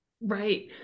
Right